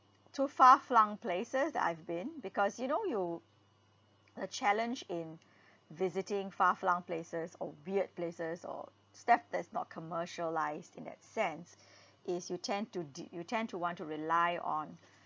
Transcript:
to far-flung places that I've been because you know you the challenge in visiting far-flung places or weird places or stuff that's not commercialised in that sense is you tend to di~ you tend to want to rely on